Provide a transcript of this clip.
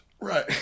Right